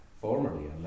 formerly